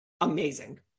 amazing